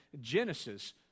Genesis